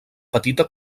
petita